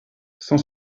sans